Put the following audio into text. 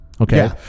okay